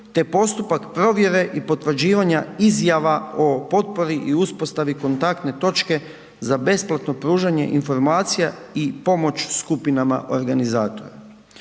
te postupak provjere i potvrđivanja izjava o potpori i uspostavi kontaktne točke za besplatno pružanje informacija i pomoć skupinama organizatora.